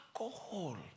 alcohol